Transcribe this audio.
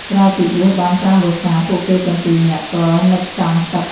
ក្រោយពីបួសបានប្រាំវស្សា ពួកគេទាំងពីរនាក់ក៏នឹកចង់សឹក។